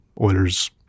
Oilers